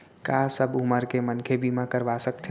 का सब उमर के मनखे बीमा करवा सकथे?